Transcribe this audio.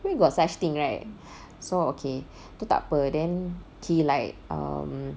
where got such thing right so okay tu tak apa then he like err